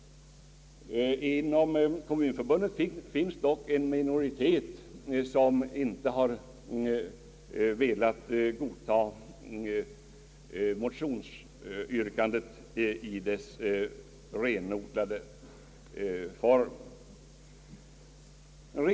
Inom Kommunförbundet finns dock en minoritet som inte har velat godta motionsyrkandet i dess renodlade form.